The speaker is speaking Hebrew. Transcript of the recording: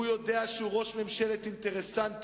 הוא יודע שהוא ראש ממשלת אינטרסנטים,